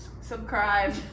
subscribe